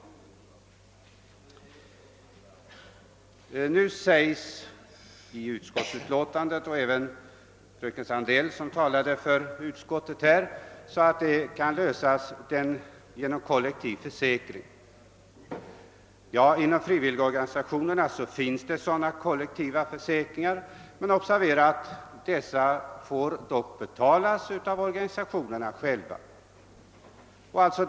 Utskottet skriver nu — och det framhöll också fröken Sandell som talade för utskottet — att den saken kan lösas genom kollektiv försäkring. Ja, man har sådan försäkring inom frivilligorganisationerna, men det skall observeras att organisationerna själva måste betala denna.